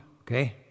Okay